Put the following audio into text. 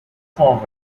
forward